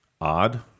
odd